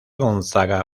gonzaga